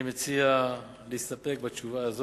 אני מציע להסתפק בתשובה,